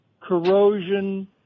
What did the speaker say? corrosion